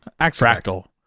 fractal